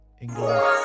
England